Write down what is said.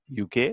UK